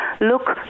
look